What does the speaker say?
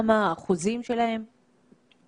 דבר נוסף שדיברנו עליו מקודם היה הפילוח